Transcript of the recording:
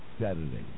Saturday